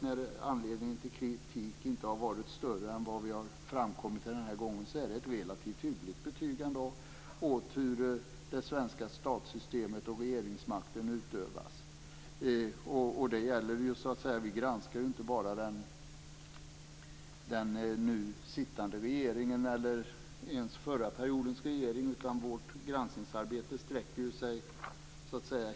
När anledning till kritik inte har varit större än vad som har framkommit den här gången är det ändå ett relativt hyggligt betyg åt det svenska statssystemet och hur regeringsmakten utövas. Vi granskar inte bara den nu sittande regeringen eller ens den förra periodens regering. Vårt granskningsarbete sträcker sig långt.